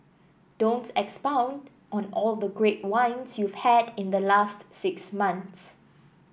don't expound on all the great wines you've had in the last six months